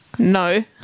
No